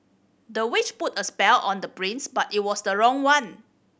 the witch put a spell on the prince but it was the wrong one